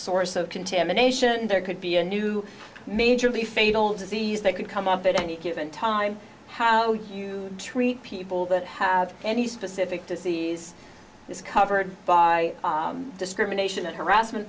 source of contamination there could be a new majorly fatal disease that could come up at any given time how do you treat people that have any specific disease is covered by discrimination and harassment